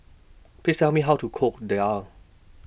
Please Tell Me How to Cook Daal